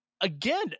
again